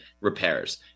repairs